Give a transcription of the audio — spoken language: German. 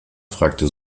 fragte